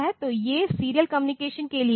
तो ये serial communication के लिए हैं